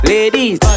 Ladies